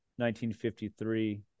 1953